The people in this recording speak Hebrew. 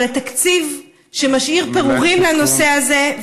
אבל בתקציב שמשאיר פירורים לנושא הזה,